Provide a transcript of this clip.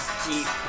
keep